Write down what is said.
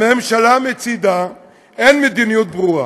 לממשלה מצידה אין מדיניות ברורה.